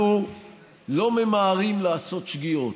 אנחנו לא ממהרים לעשות שגיאות,